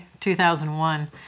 2001